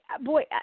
boy